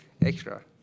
extra